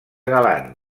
galant